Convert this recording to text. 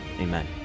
amen